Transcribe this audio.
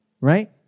Right